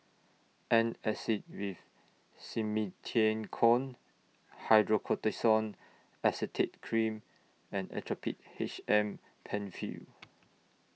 Antacid with Simethicone Hydrocortisone Acetate Cream and Actrapid H M PenFill